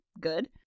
good